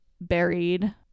buried